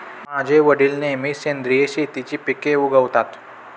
माझे वडील नेहमी सेंद्रिय शेतीची पिके उगवतात